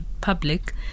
public